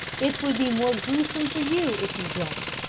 it will be more gruesome for you if you don't,